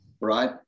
right